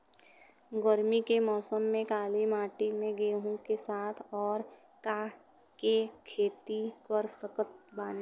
गरमी के मौसम में काली माटी में गेहूँ के साथ और का के खेती कर सकत बानी?